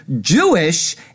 Jewish